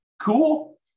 Cool